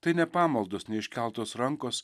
tai ne pamaldos ne iškeltos rankos